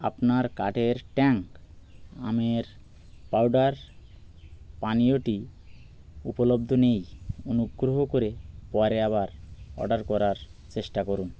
আপনার কার্টের ট্যাং আমের পাউডার পানীয়টি উপলব্ধ নেই অনুগ্রহ করে পরে আবার অর্ডার করার চেষ্টা করুন